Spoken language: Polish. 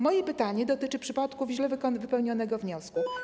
Moje pytanie dotyczy przypadków źle wypełnionego wniosku.